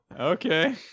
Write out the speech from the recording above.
Okay